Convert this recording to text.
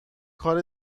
کار